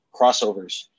crossovers